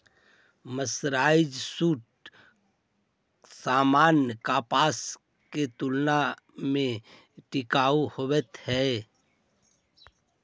mercerised सूत सामान्य कपास के तुलना में टिकाऊ होवऽ हई